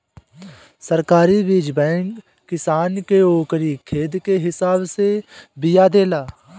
सरकारी बीज बैंक किसान के ओकरी खेत के हिसाब से बिया देला